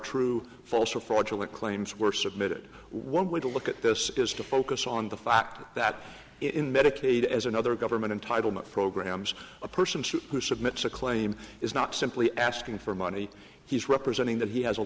true false or fraudulent claims were submitted one way to look at this is to focus on the fact that in medicaid as another government entitlement programs a person who submits a claim is not simply asking for money he's representing that he has a